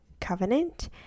covenant